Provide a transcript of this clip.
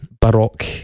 baroque